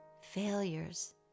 failures